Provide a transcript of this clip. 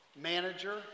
manager